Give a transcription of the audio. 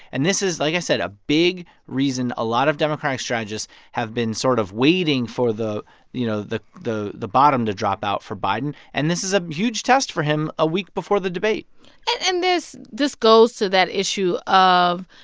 and this is, like i said, a big reason a lot of democratic strategists have been sort of waiting for the you know, the the bottom to drop out for biden. and this is a huge test for him a week before the debate and this this goes to that issue of,